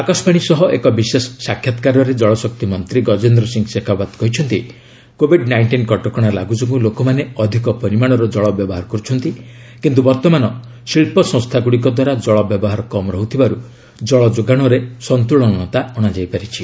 ଆକାଶବାଣୀ ସହ ଏକ ବିଶେଷ ସାକ୍ଷାତ୍କାରରେ ଜଳଶକ୍ତି ମନ୍ତ୍ରୀ ଗଜେନ୍ଦ୍ର ସିଂହ ଶେଖାଓୁତ୍ କହିଛନ୍ତି କୋଭିଡ୍ ନାଇଷ୍ଟିନ୍ କଟକଣା ଲାଗୁ ଯୋଗୁଁ ଲୋକମାନେ ଅଧିକ ପରିମାଣର ଜଳ ବ୍ୟବହାର କରୁଛନ୍ତି କିନ୍ତୁ ବର୍ତ୍ତମାନ ଶିକ୍ଷସଂସ୍ଥାଗୁଡ଼ିକ ଦ୍ୱାରା ଜଳ ବ୍ୟବହାର କମ୍ ରହୁଥିବାରୁ କଳ ଯୋଗାଣରେ ସନ୍ତୁଳନତା ଅଣାଯାଇପାରିଛି